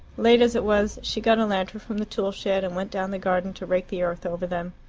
late as it was, she got a lantern from the tool-shed and went down the garden to rake the earth over them.